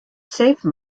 safe